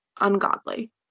ungodly